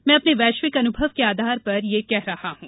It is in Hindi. मैं अपने वैश्विक अनुभव के आधार पर यह कह रहा हूं